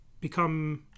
become